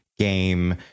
game